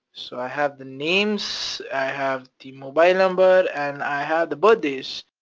so i have the names, i have the mobile number and i have the birthdays.